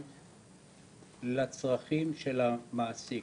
--- לצרכים של המעסיק.